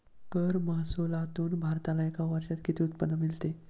कर महसुलातून भारताला एका वर्षात किती उत्पन्न मिळते?